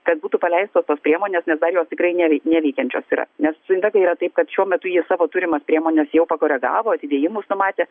kad būtų paleistos tos priemonės nes dar jos tikrai nevei neveikiančios yra nes su invega yra taip kad šiuo metu jie savo turimas priemones jau pakoregavo atidėjimus numatė